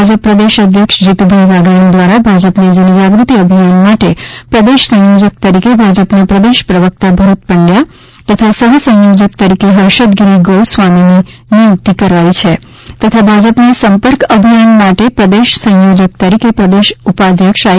ભાજપા પ્રદેશ અધ્યક્ષ જીતુભાઈ વાઘાણી દ્વારા ભાજપાના જનજાગૃતિ અભિયાન માટે પ્રદેશ સંયોજક તરીકે ભાજપાના પ્રદેશ પ્રવક્તા ભરત પંડ્યા તથા સહસંયોજક તરીકે હર્ષદગીરી ગોસ્વામીની નિયુક્તિ કરવામાં આવી છે તથા ભાજપાના સંપર્ક અભિયાન માટે પ્રદેશ સંયોજક તરીકે પ્રદેશ ઉપાધ્યક્ષ આઈ